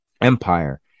empire